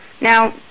Now